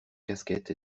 casquettes